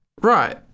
right